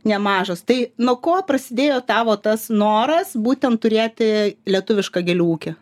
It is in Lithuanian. nemažos tai nuo ko prasidėjo tavo tas noras būtent turėti lietuvišką gėlių ūkį